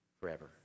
forever